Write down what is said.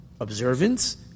observance